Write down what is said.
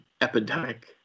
epidemic